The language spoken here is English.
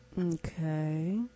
okay